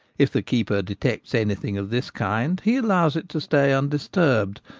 if the keeper detects anything of this kind he allows it to stay undisturbed,